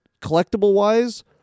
collectible-wise